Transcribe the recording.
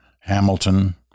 Hamilton